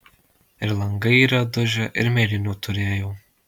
ir langai yra dužę ir mėlynių turėjau